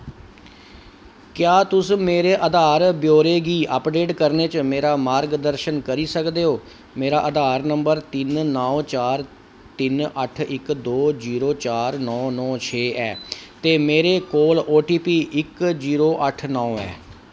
क्या तुस मेरे आधार ब्यौरे गी अपडेट करने च मेरा मार्गदर्शन करी सकदे ओ मेरा आधार नंबर तिन्न नै चार तिन अट्ठ इक दो जीरो चार नौ नौ छे ऐ ते मेरे कोल ओटीपी इक जीरो अट्ठ नौ ऐ